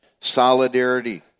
Solidarity